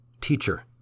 Teacher